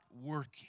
working